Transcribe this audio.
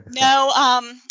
No